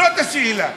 זאת השאלה.